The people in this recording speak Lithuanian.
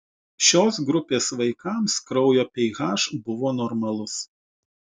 šios grupės vaikams kraujo ph buvo normalus